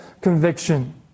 conviction